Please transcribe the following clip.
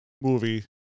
movie